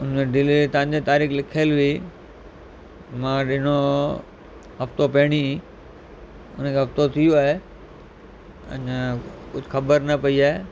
उन डिलेवरी तव्हांजी तारीख़ लिखियलु हुई मां ॾिनो हुओ हफ़्तो पहिरियों उन खे हफ़्तो थी वियो आहे अञा कुझु ख़बर न पई आहे